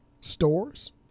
stores